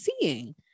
seeing